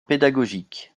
pédagogiques